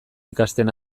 ikasten